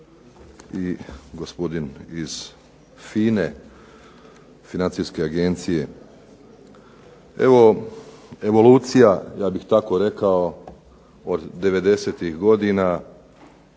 i gospodin iz FINA-e, Financijske agencije. Evo, evolucija ja bih tako rekao od '90.-ih godina